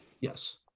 Yes